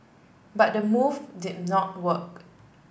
but the move did not work